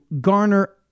garner